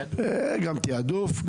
תיעדוף.